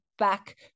Back